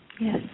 Yes